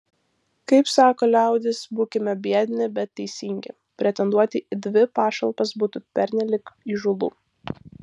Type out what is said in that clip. kaip sako liaudis būkime biedni bet teisingi pretenduoti į dvi pašalpas būtų pernelyg įžūlu